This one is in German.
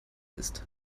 ist